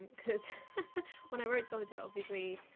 cause when i wrote solitaire, obviously,